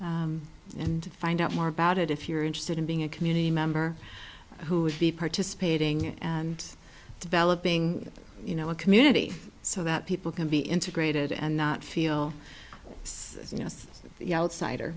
unsure and find out more about it if you're interested in being a community member who would be participating and developing you know a community so that people can be integrated and not feel so yeah outsider